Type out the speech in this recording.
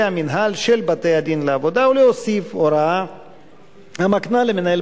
המינהל של בתי-הדין לעבודה ולהוסיף הוראה המקנה למנהל